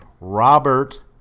Robert